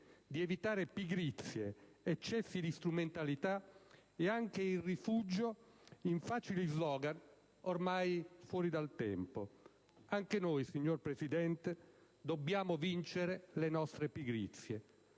di evitare pigrizie, eccessi di strumentalità e anche il rifugio in facili *slogan* ormai fuori dal tempo. Anche noi, signor Presidente, dobbiamo vincere le nostre pigrizie.